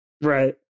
Right